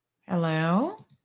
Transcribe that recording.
Hello